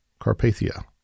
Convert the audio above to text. Carpathia